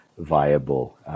viable